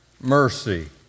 Mercy